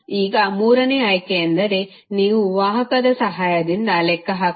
ಈಗ ಮೂರನೇ ಆಯ್ಕೆಯೆಂದರೆ ನೀವು ವಾಹಕದ ಸಹಾಯದಿಂದ ಲೆಕ್ಕ ಹಾಕಬಹುದು